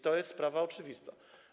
To jest sprawa oczywista.